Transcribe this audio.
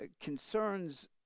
concerns